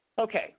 Okay